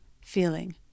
feeling